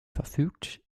verfügt